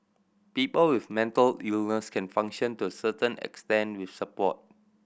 people with mental illness can function to certain extent with support